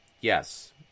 yes